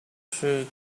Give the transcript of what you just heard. she